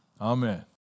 Amen